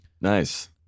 nice